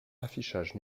affichage